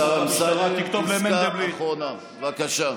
השר אמסלם, פסקה אחרונה, בבקשה.